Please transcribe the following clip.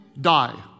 die